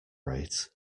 rate